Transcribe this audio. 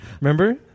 remember